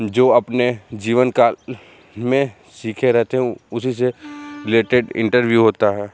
जो अपने जीवन काल में सीखे रहते हैं उसी से रिलेटेड इंटरव्यू होता है